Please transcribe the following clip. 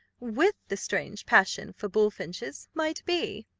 with the strange passion for bullfinches, might be.